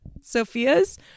Sophia's